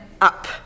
up